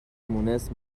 مونس